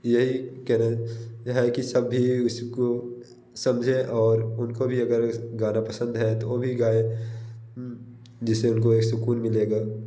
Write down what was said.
यही कहना है कि सभी उसको समझे और उनको भी अगर गाना पसंद है तो वो भी गाऍं जिससे उनको एक सुकून मिलेगा